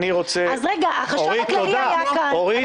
אני רוצה -- החשב הכללי היה כאן -- אורית,